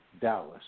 Dallas